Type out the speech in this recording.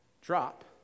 drop